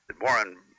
Warren